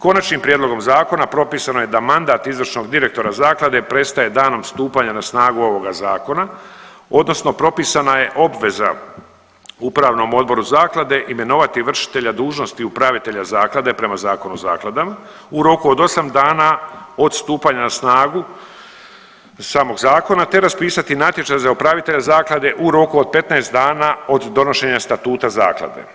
Konačnim prijedlogom zakona propisano je da mandat izvršnog direktora zaklade prestaje danom stupanja na snagu ovoga zakona odnosno propisana je obveza upravnom odboru zaklade imenovati vršitelja dužnosti upravitelja zaklade prema Zakonu o zakladama u roku od osam dana od stupanja na snagu samog zakona te raspisati natječaj za upravitelja zaklade u roku od 15 dana od donošenja statuta zaklade.